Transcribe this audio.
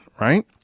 right